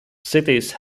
cities